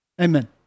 Amen